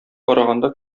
караганда